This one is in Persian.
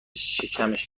شکمش